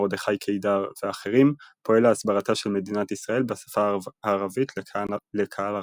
מרדכי קידר ואחרים פועל להסברתה של מדינת ישראל בשפה הערבית לקהל ערבי.